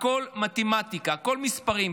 הכול מתמטיקה, הכול מספרים.